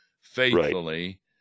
faithfully